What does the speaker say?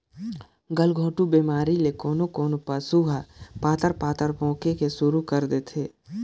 गलघोंटू बेमारी ले कोनों कोनों पसु ह पतार पतार पोके के सुरु कर देथे